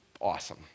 Awesome